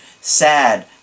sad